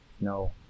No